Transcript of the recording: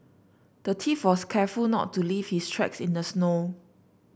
the thief was careful not to leave his tracks in the snow